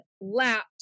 lapped